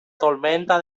tormenta